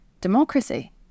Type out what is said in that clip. democracy